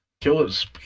killers